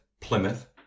plymouth